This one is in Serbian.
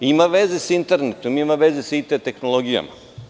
Ima veze sa internetom, ima veze sa IT tehnologijom.